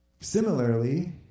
Similarly